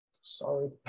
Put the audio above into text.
Sorry